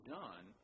done